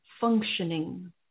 functioning